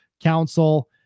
council